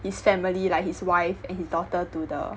his family like his wife and his daughter to the